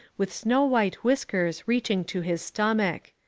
with snow-white whiskers reaching to his stomach.